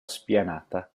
spianata